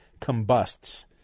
combusts